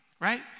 right